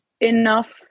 enough